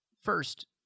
first